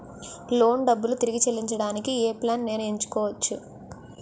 Loan డబ్బులు తిరిగి చెల్లించటానికి ఏ ప్లాన్ నేను ఎంచుకోవచ్చు?